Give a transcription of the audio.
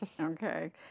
Okay